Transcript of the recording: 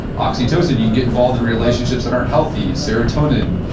oxytocin, you can get involved in relationships that aren't healthy. serotonin,